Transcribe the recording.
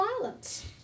violence